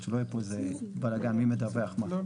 שלא תהיה כאן אי הבנה לגבי מי מדווח מה.